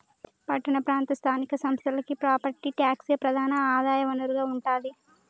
పట్టణ ప్రాంత స్థానిక సంస్థలకి ప్రాపర్టీ ట్యాక్సే ప్రధాన ఆదాయ వనరుగా ఉంటాది